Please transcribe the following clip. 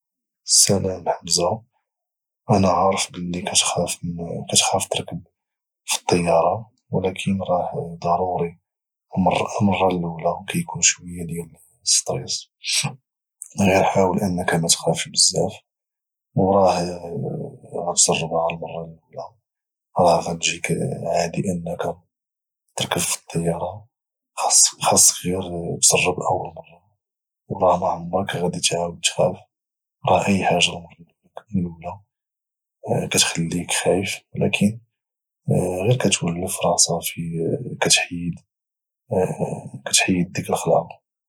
السلام حمزة انا عارف بلي كتخاف تركب في الطيارة ولكن راه ضروري المرة لولة كيكون شوية ديال السطريس غير حاول انك متخافش بزاف او راه غير غتجربها المرة لولى راه غدجيك عادي انك تركب في الطيارة خاصك غير دجرب اول مرة وراه معمرك غادي تعاود تخاف راه اي حاجة المرة لولى كتخليك خايف ولكن غير كتولف راه صافي كتحيد ديك الخلعة